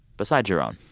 besides your own?